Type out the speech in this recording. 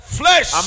flesh